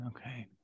Okay